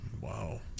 Wow